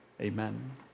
Amen